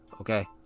Okay